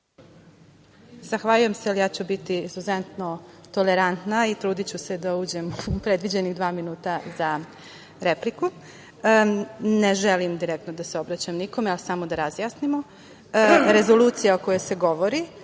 Zahvaljujem se, ali ja ću biti izuzetno tolerantna i trudiću se da uđem u predviđenih dva minuta za repliku. Ne želim direktno da se obraćam nikome, ali samo da razjasnimo. Rezolucija o kojoj se govori